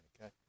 okay